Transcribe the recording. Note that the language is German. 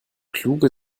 kluge